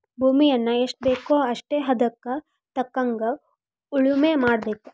ಭೂಮಿಯನ್ನಾ ಎಷ್ಟಬೇಕೋ ಅಷ್ಟೇ ಹದಕ್ಕ ತಕ್ಕಂಗ ಉಳುಮೆ ಮಾಡಬೇಕ